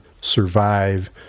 survive